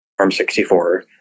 ARM64